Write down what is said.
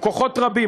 כוחות רבים,